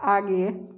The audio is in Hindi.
आगे